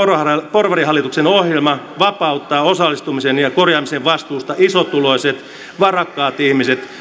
porvarihallituksen ohjelma vapauttaa osallistumisen ja korjaamisen vastuusta isotuloiset varakkaat ihmiset